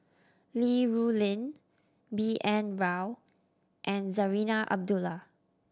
Li Rulin B N Rao and Zarinah Abdullah